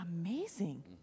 Amazing